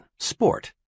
sport